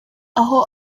aho